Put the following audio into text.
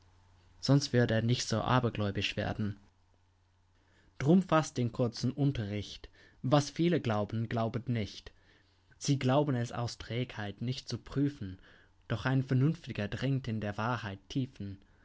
sonst würd er nicht so abergläubisch werden drum faßt den kurzen unterricht was viele glauben glaubet nicht sie glauben es aus trägheit nichts zu prüfen doch ein vernünftiger dringt in der wahrheit tiefen